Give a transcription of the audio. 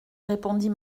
répondit